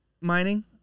mining